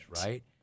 Right